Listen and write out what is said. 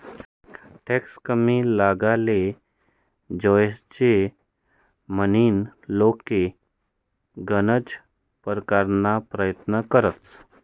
tax कमी लागाले जोयजे म्हनीन लोके गनज परकारना परयत्न करतंस